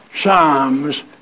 Psalms